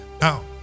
Now